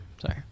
sorry